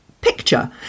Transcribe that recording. picture